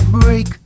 break